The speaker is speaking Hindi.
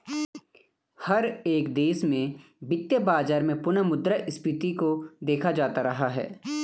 हर एक देश के वित्तीय बाजार में पुनः मुद्रा स्फीती को देखा जाता रहा है